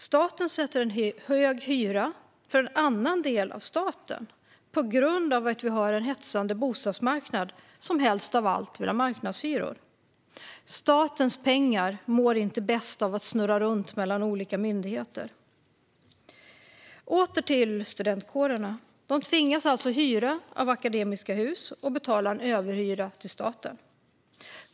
Staten sätter en hög hyra för en annan del av staten på grund av att vi har en hetsande bostadsmarknad som helst av allt vill ha marknadshyror. Statens pengar mår inte bäst av att snurra runt mellan olika myndigheter. Åter till studentkårerna, som alltså tvingas hyra av Akademiska Hus och betala en överhyra till staten.